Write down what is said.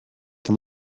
them